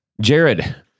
Jared